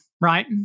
right